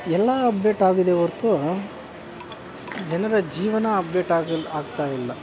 ಎಲ್ಲ ಅಪ್ಡೇಟಾಗಿದೆ ಹೊರ್ತು ಜನರ ಜೀವನ ಅಪ್ಡೇಟ್ ಆಗಿಲ್ಲ ಆಗ್ತಾ ಇಲ್ಲ